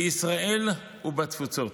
בישראל ובתפוצות,